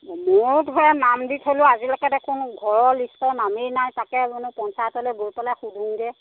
মোৰ ঘৰৰ নাম দি থ'লোঁ আজিলৈকে দেখোন ঘৰৰ লিষ্টৰ নামেই নাই তাকেই মানে পঞ্চায়তলৈ গৈ পেলাই সোধোঁগৈ